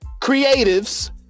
Creatives